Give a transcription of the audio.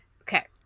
Okay